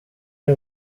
ari